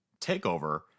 takeover